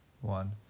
one